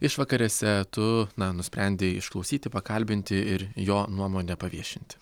išvakarėse tu na nusprendei išklausyti pakalbinti ir jo nuomonę paviešinti